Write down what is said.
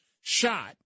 shot